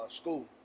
school